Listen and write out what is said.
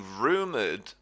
rumoured